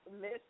Miss